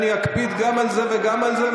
אני אקפיד גם על זה וגם על זה,